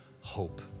hope